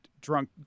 drunk